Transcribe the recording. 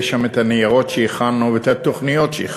שם את הניירות שהכנו ואת התוכניות שהכנו.